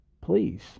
Please